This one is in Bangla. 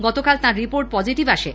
গতকাল তাঁর রিপোর্ট পজিটিভ আসে